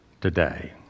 today